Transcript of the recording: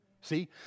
See